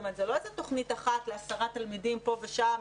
זה לא איזו תוכנית אחת לעשרה תלמידים פה ושם,